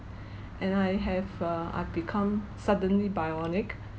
and I have uh I've become suddenly bionic